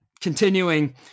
Continuing